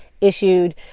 issued